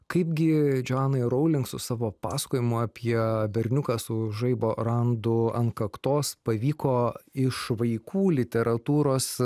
kaipgi džoanai rowling su savo pasakojimu apie berniuką su žaibo randu ant kaktos pavyko iš vaikų literatūros